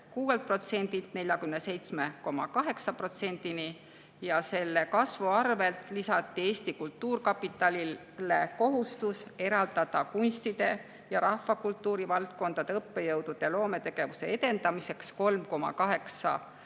46%‑lt 47,8%‑ni ja selle kasvu arvelt lisati Eesti Kultuurkapitalile kohustus eraldada kunstide ja rahvakultuuri valdkondade õppejõudude loometegevuse edendamiseks 3,8%